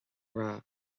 rath